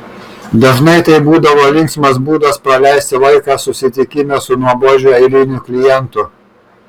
dažnai tai būdavo linksmas būdas praleisti laiką susitikime su nuobodžiu eiliniu klientu